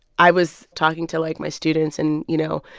i was talking to, like, my students and, you know,